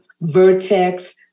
Vertex